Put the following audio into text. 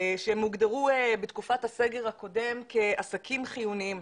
שהם הוגדרו בתקופת הסגר הקודם כעסקים חיוניים.